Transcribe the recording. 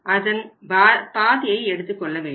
அதன் பாதியை எடுத்துக் கொள்ள வேண்டும்